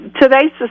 today's